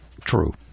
True